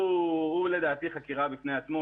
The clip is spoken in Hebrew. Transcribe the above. לדעתי חקירה בפני עצמה.